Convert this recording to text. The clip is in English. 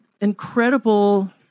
incredible